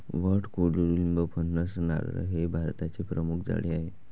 वड, कडुलिंब, फणस, नारळ हे भारताचे प्रमुख झाडे आहे